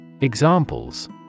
Examples